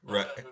Right